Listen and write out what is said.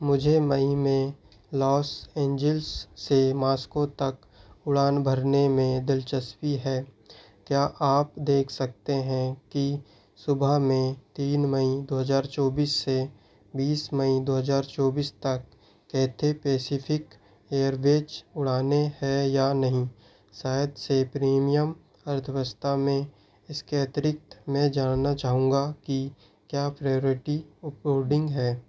मुझे मई में लॉस एंजिल्स से मॉस्को तक उड़ान भरने में दिलचस्पी है क्या आप देख सकते हैं कि सुबह में तीन मई दो हजार चौबीस से बीस मई दो हजार चौबीस तक कैथेपेसिफ़िक एयरवेज उड़ानें है या नहीं शायद से प्रीमियम अर्थव्यस्था में इसके अतिरिक्त मैं जानना चाहूँगा कि क्या प्रयोरिटी बोर्डिंग है